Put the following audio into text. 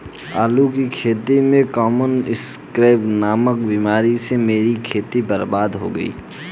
आलू की खेती में कॉमन स्कैब नामक बीमारी से मेरी खेती बर्बाद हो गई